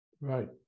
Right